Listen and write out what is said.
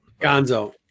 gonzo